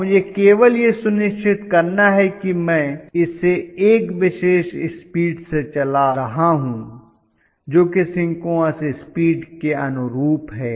अब मुझे केवल यह सुनिश्चित करना है कि मैं इसे एक विशेष स्पीड से चला रहा हूं जो कि सिंक्रोनस स्पीड के अनुरूप है